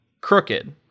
crooked